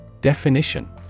Definition